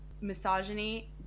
misogyny